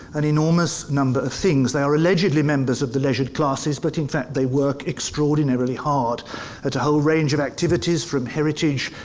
and enormous number of things. they are allegedly members of the leisured classes, but in fact they work extraordinarily hard at a whole range of activities, from heritage,